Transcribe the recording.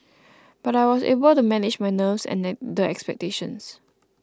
but I was able to manage my nerves and the the expectations